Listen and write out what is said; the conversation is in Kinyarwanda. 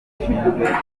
gishinzwe